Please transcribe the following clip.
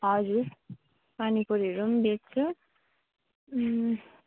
हजुर पानीपुरीहरू पनि बेच्छु